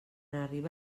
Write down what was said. arriba